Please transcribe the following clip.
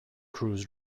crews